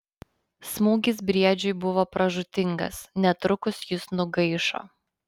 smūgis briedžiui buvo pražūtingas netrukus jis nugaišo